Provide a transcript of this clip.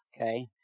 okay